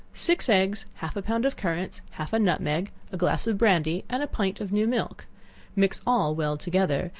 six eggs, half a pound of currants, half a nutmeg, a glass of brandy, and a pint of new milk mix all well together,